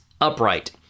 upright